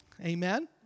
Amen